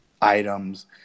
items